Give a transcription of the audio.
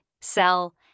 sell